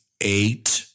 eight